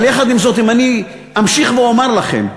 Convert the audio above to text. אבל יחד עם זאת, אם אני אמשיך ואומר לכם,